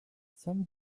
some